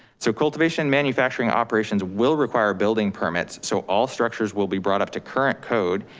so cultivation manufacturing operations will require building permits so all structures will be brought up to current code.